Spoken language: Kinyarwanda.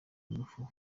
ingufu